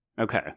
Okay